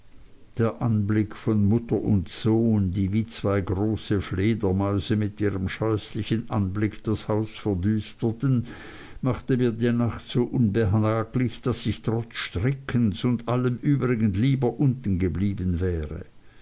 der anblick von mutter und sohn die wie zwei große fledermäuse mit ihrem scheußlichen anblick das haus verdüsterten machte mir die nacht so unbehaglich daß ich trotz strickens und allem übrigen lieber unten geblieben wäre